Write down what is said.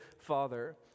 father